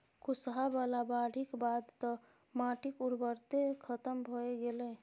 कुसहा बला बाढ़िक बाद तँ माटिक उर्वरते खतम भए गेलै